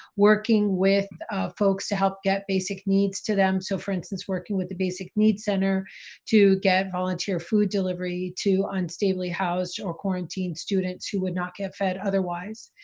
working with folks to help get basic needs to them. so for instance working with the basic needs center to get volunteer food delivery to unstably-housed or quarantined students who would not get fed otherwise.